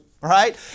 right